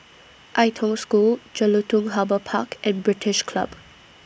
Ai Tong School Jelutung Harbour Park and British Club